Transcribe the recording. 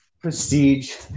prestige